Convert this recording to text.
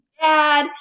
dad